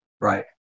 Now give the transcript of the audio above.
Right